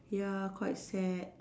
ya quite sad